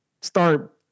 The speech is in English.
start